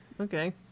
Okay